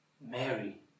Mary